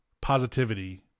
positivity